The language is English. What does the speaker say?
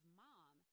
mom